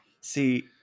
See